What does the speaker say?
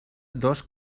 dos